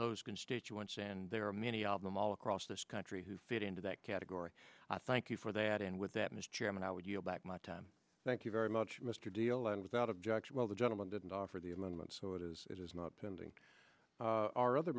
those constituents and there are many of them all across this country who fit into that category i thank you for that and with that mr chairman how would you go back my time thank you very much mr deal and without objection while the gentleman didn't offer the amendment so it is it is not pending our other